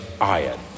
iron